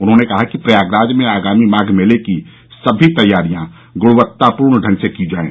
उन्होंने कहा कि प्रयागराज में आगामी माघ मेले की सभी तैयारियां गुणवत्तापूर्ण ढंग से की जाये